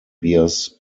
bears